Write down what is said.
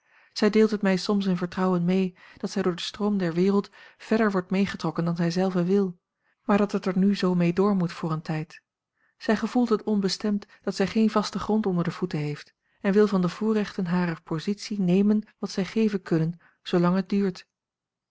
zij deelt het mij soms in vertrouwen mee dat zij door den stroom der wereld verder wordt meegetrokken dan zij zelve wil maar dat het er nu zoo mee door moet voor een tijd zij gevoelt het onbestemd dat zij geen vasten grond onder de voeten heeft en wil van de voorrechten harer positie nemen wat zij geven kunnen zoolang het duurt